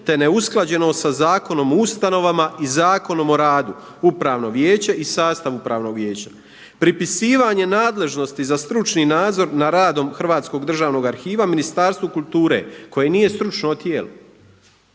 te neusklađenost sa Zakonom o ustanovama i Zakonom o radu. Upravno vijeće i sastav Upravnog vijeća. Pripisivanje nadležnosti za stručni nadzor nad radom Hrvatskog državnog arhiva Ministarstvu kulture koje nije stručno tijelo.